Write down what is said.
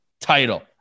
title